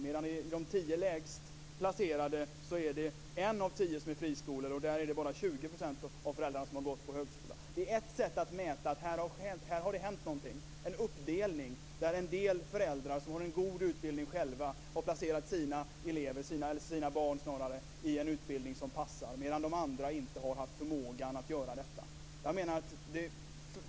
Bland de tio lägst placerade skolorna finns det en friskola, och där är det bara 20 % av föräldrarna som har gått på högskola. Detta är ett sätt att mäta att det har hänt någonting. Det här är en uppdelning där en del föräldrar som själva har god utbildning har placerat sina barn i en utbildning som passar, medan de andra inte har haft förmågan att göra detta.